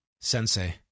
Sensei